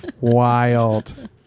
wild